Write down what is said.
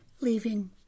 leaving